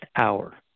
hour